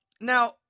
Now